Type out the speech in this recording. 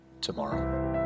tomorrow